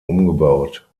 umgebaut